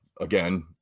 again